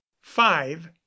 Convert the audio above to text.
five